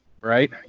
right